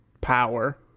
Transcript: power